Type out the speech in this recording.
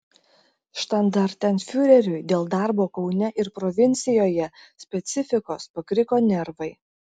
štandartenfiureriui dėl darbo kaune ir provincijoje specifikos pakriko nervai